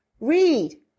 Read